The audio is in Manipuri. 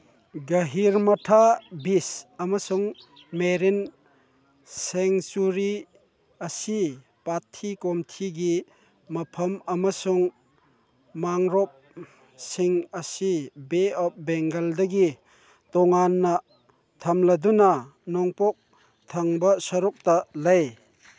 ꯒꯍꯤꯔꯃꯊꯥ ꯕꯤꯁ ꯑꯃꯁꯨꯡ ꯃꯦꯔꯤꯟ ꯁꯦꯡꯆꯨꯔꯤ ꯑꯁꯤ ꯄꯥꯊꯤ ꯀꯣꯝꯊꯤꯒꯤ ꯃꯐꯝ ꯑꯃꯁꯨꯡ ꯃꯥꯡꯔꯣꯞꯁꯤꯡ ꯑꯁꯤ ꯕꯦ ꯑꯣꯐ ꯕꯦꯡꯒꯜꯗꯒꯤ ꯇꯣꯉꯥꯟꯅ ꯊꯝꯂꯗꯨꯅ ꯅꯣꯡꯄꯣꯛ ꯊꯪꯕ ꯁꯔꯨꯛꯇ ꯂꯩ